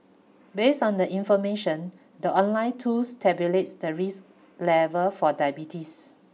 based on the information the online tools tabulates the risk level for diabetes